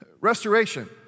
Restoration